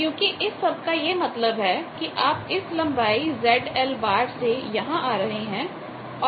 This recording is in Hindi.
क्योंकि इस सब का यह मतलब है कि आप इस लंबाई ZL से यहां आ रहे हैं